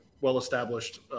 well-established